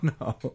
No